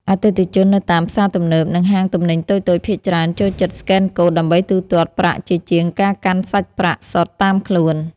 អតិថិជននៅតាមផ្សារទំនើប និងហាងទំនិញតូចៗភាគច្រើនចូលចិត្តស្កែនកូដ ដើម្បីទូទាត់ប្រាក់ជាជាងការកាន់សាច់ប្រាក់សុទ្ធតាមខ្លួន។